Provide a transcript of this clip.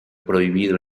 prohibido